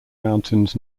mountains